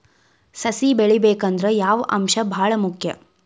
ಸಸಿ ಬೆಳಿಬೇಕಂದ್ರ ಯಾವ ಅಂಶ ಭಾಳ ಮುಖ್ಯ?